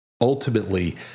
Ultimately